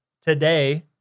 today